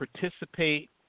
participate